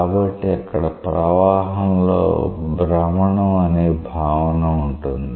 కాబట్టి అక్కడ ప్రవాహంలో భ్రమణం అనే భావన ఉంటుంది